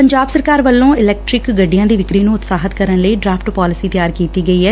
ਪੰਜਾਬ ਸਰਕਾਰ ਵੱਲੋਂ ਇਲੈਕਟ੍ਟਿਕ ਗੱਡੀਆਂ ਦੀ ਵਿਕਰੀ ਨੂੰ ਉਤਸਾਹਿਤ ਕਰਨ ਲਈ ਡਰਾਫਟ ਪਾਲਸੀ ਤਿਆਰ ਕੀਤੀ ਗਈ ਐ